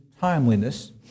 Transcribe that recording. timeliness